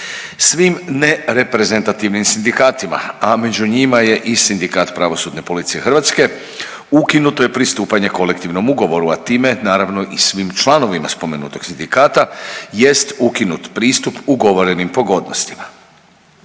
Svim nereprezentativnim sindikatima, a među njima je i Sindikat pravosudne policije Hrvatske ukinuto je pristupanje kolektivnom ugovoru, a time naravno i svim članovima spomenutog sindikata jest ukinut pristup ugovorenim pogodnostima.